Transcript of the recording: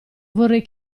vorrei